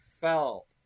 felt